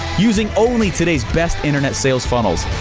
using only today's best internet sales funnels.